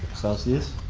celsius?